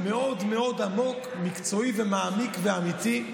שלך עומד להסתיים.